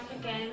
again